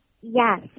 Yes